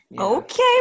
Okay